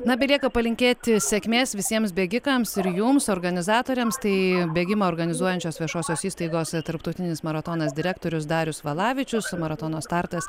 na belieka palinkėti sėkmės visiems bėgikams ir jums organizatoriams tai bėgimą organizuojančios viešosios įstaigos tarptautinis maratonas direktorius darius valavičius maratono startas